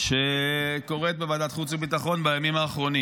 שקורית בוועדת חוץ וביטחון בימים האחרונים.